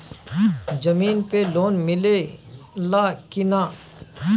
जमीन पे लोन मिले ला की ना?